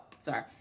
sorry